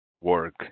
work